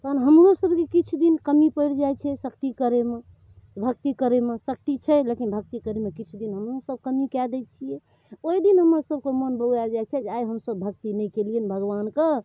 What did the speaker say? तहन हमहूँ सब जे किछु दिन कमी पड़ि जाइ छै शक्ति करयमे भक्ति करयमे शक्ति छै लेकिन भक्ति करयमे किछु दिन हमहूँ सब कमी कए दै छियै ओहि दिन हमर सबके मोन बौआए जाइ छै जे आइ हमसब भक्ति नहि केलियनि भगबानके